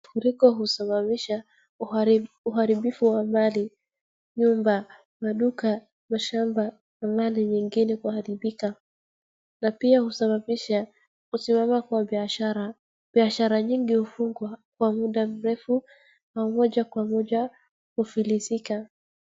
Mafuriko husababisha uharibifu wa mali, nyumba, maduka, mashamba na mali nyingine kuharibika. Na pia husababisha kusimama kwa biashara, biashara nyingi hufungwa kwa munda mrefu na moja kwa moja hufirisika.